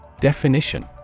Definition